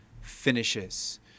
finishes